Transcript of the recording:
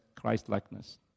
Christ-likeness